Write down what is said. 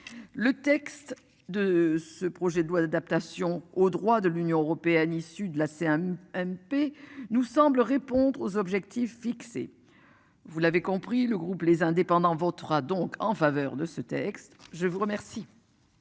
Le texte de ce projet de loi d'adaptation au droit de l'Union européenne, issu de la CM MP nous semble répondre aux objectifs fixés. Vous l'avez compris le groupe les indépendants votera donc en faveur de ce texte. Je vous remercie.